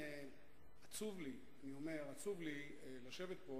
עצוב לי לשבת פה,